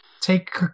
take